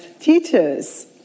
teachers